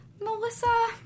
Melissa